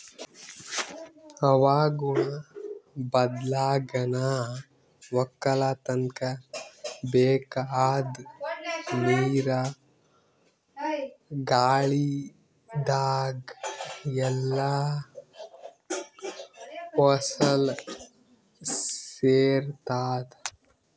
ಹವಾಗುಣ ಬದ್ಲಾಗನಾ ವಕ್ಕಲತನ್ಕ ಬೇಕಾದ್ ನೀರ ಗಾಳಿದಾಗ್ ಎಲ್ಲಾ ಹೊಲಸ್ ಸೇರತಾದ